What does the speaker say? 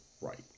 right